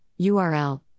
URL